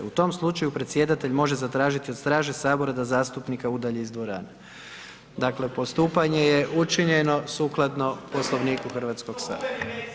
U tom slučaju predsjedatelj može zatražiti od straže Sabora da zastupnika udalji iz dvorane.“ Dakle, postupanje je učinjeno sukladno Poslovniku Hrvatskoga sabora.